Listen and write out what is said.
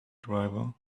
driver